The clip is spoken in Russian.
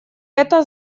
это